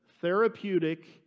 therapeutic